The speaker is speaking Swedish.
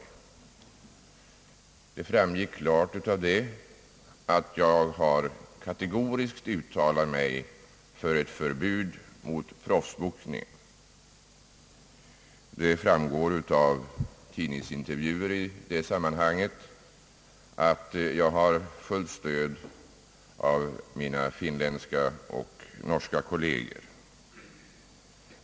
Av det framgick klart att jag kategoriskt har uttalat mig för ett förbud mot proffsboxningen. Tidningsintervjuer i det sammanhanget visar också att jag 1 detta avseende har fullt stöd av mina finländska och norska kolleger.